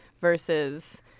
Versus